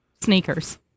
sneakers